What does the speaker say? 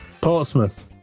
Portsmouth